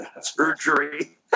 surgery